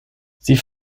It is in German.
sie